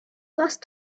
lost